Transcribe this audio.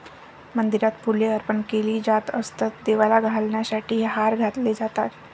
मंदिरात फुले अर्पण केली जात असत, देवाला घालण्यासाठी हार घातले जातात